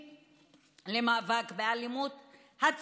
למאבק באלימות נגד נשים,